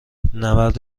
نبرد